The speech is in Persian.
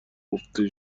گفته